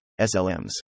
SLMs